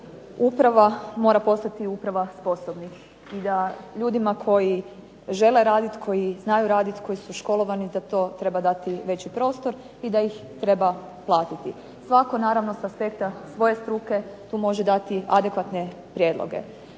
uprava mora postati uprava sposobnih i da ljudima koji žele raditi, koji znaju raditi, koji su školovani za to treba dati veći prostor i da ih treba platiti. Svatko naravno s aspekta svoje struke tu može dati adekvatne prijedloge.